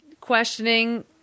questioning